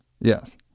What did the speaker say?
yes